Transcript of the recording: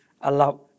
allow